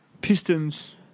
Pistons